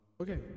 okay